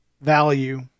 value